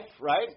right